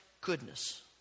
goodness